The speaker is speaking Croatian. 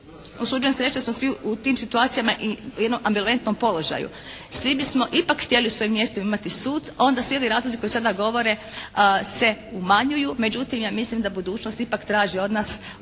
Usuđujem se reći da smo svi u tim situacijama u jednom ambivalentnom položaju. Svi bismo ipak htjeli u svojim mjestima imati sud. Onda svi oni razlozi koji sada govore se umanjuju. Međutim, ja mislim da budućnost ipak traži od nas u tom